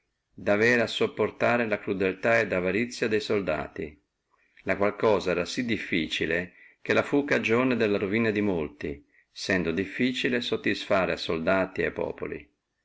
avere a sopportare la crudeltà et avarizia de soldati la qual cosa era sí difficile che la fu cagione della ruina di molti sendo difficile satisfare a soldati et a populi